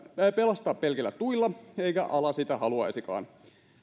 pelastaa pelkillä tuilla eikä ala sitä haluaisikaan